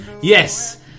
Yes